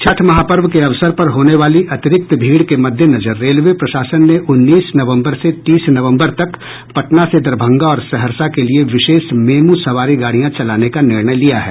छठ महापर्व के अवसर पर होने वाली अतिरिक्त भीड़ के मद्देनजर रेलवे प्रशासन ने उन्नीस नवम्बर से तीस नवम्बर तक पटना से दरभंगा और सहरसा के लिए विशेष मेमू सवारी गाड़ियाँ चलाने का निर्णय लिया है